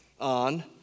on